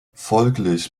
folglich